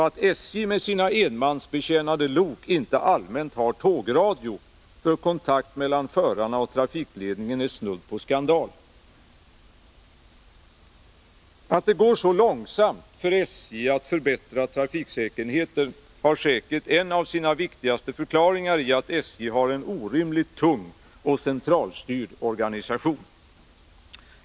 Att SJ med sina enmansbetjänade lok inte allmänt har tågradio för kontakt mellan förarna och trafikledningen är snudd på skandal. fiken i Stock Att det går så långsamt för SJ att förbättra trafiksäkerheten har säkert en hölmsområdet. av sina viktigaste förklaringar i att SJ har en orimligt tung och centralstyrd Em S organisation.